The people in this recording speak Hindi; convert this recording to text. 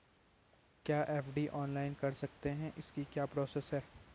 क्या एफ.डी ऑनलाइन कर सकते हैं इसकी क्या प्रोसेस है?